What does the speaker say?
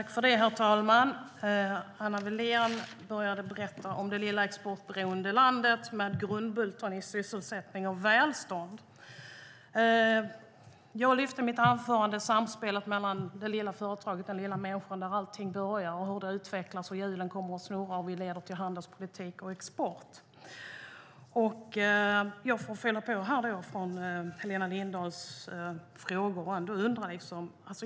Herr talman! Anna Wallén började berätta om det lilla exportberoende landet med grundbultarna sysselsättning och välstånd. I mitt anförande lyfte jag fram samspelet mellan det lilla företaget och den lilla människan, där allting börjar, och hur det hela utvecklas och hjulen börjar snurra, vilket leder till handelspolitik och export. Jag får fylla på Helena Lindahls frågor.